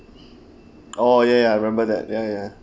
oh ya ya I remember that ya ya